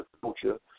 culture